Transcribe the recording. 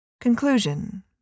Conclusion